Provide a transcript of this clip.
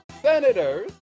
Senators